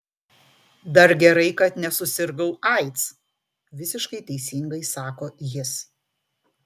dar gerai kad nesusirgau aids visiškai teisingai sako jis